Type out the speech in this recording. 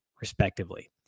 respectively